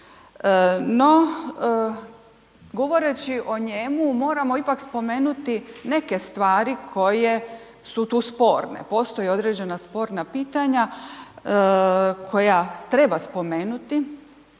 No, govoreći o njemu moramo ipak spomenuti neke stvari koje su tu sporne, postoje određena sporna pitanja koja treba spomenuti